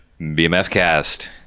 BMFcast